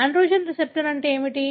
androgen receptor అంటే ఏమిటి